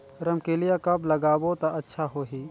रमकेलिया कब लगाबो ता अच्छा होही?